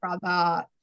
brother